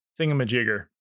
thingamajigger